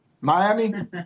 Miami